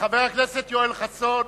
חבר הכנסת יואל חסון,